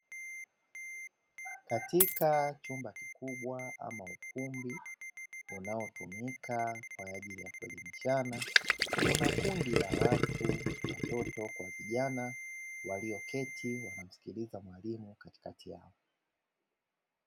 Katika chumba kikubwa ama ukumbi unaotumika kwa ajili ya kuelimishana kuna kundi la watu, watoto, kwa vijana, walioketi wanamsikiliza mwalimu katikati yao.